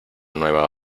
nueva